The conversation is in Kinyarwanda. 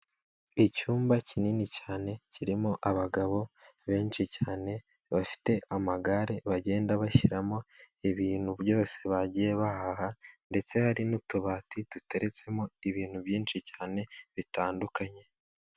Icyumba kinini cyane, kirimo abagabo benshi cyane, bafite amagare bagenda bashyiramo ibintu byose bagiye bahaha, ndetse hari n'utubati duteretsemo ibintu byinshi cyane bitandukanye.